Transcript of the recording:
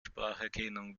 spracherkennung